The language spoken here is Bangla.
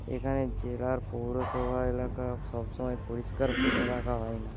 এখানে জেলার পৌরসভা এলাকা সব সময় পরিষ্কার করে রাখা হয় না